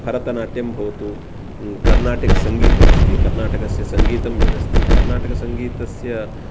भरतनाट्यं भवतु कर्नाटकसङ्गीतम् अस्ति कर्नाटकस्य सङ्गीतं यद् अस्ति कर्नाटकसङ्गीतस्य